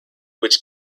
which